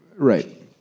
Right